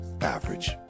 average